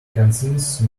conscience